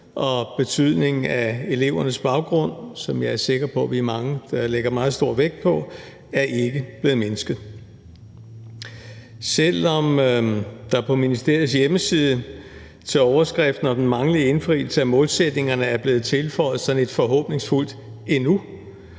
og betydningen af elevernes baggrund, som jeg er sikker på vi er mange der lægger meget stor vægt på, er ikke blevet mindsket. Selv om der på ministeriets hjemmeside til overskriften om den manglende indfrielse af målsætningerne er blevet tilføjet sådan et forhåbningsfuldt »endnu«,